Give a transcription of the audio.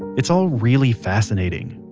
it's all really fascinating.